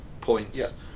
points